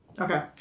Okay